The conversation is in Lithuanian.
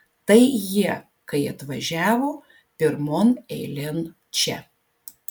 tai jie kai atvažiavo pirmon eilėn čia